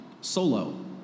solo